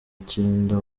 cyenda